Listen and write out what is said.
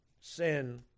sin